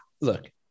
look